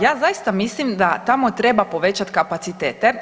Ja zaista mislim da tamo treba povećat kapacitete.